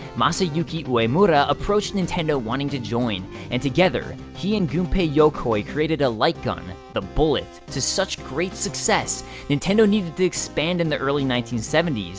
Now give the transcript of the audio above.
masayuki uemura approached nintendo wanting to join, and together, he and gunpei yokoi created a light gun, the bullet to such great success nintendo needed to expand in the early nineteen